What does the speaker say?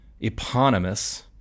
eponymous